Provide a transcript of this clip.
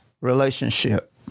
relationship